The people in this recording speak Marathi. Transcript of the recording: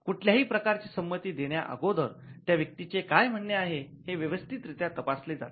कुठल्याही प्रकारची संमती देण्या अगोदर त्या व्यक्तीचे काय म्हणणे आहे ते व्यवस्थित रित्या तपासले जाते